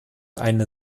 eine